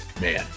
man